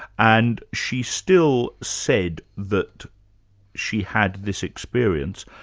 and she still said that she had this experience,